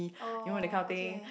oh okay